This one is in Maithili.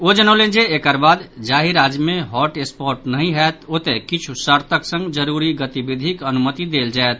ओ जनौलनि जे एकर बाद जाहि राज्य मे हॉटस्पॉट नहि होयत ओतय किछु सर्तक संग जरूरी गतिविधिक अनुमति देल जायत